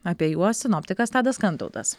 apie juos sinoptikas tadas kantautas